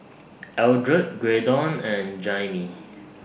Eldred Graydon and Jaimee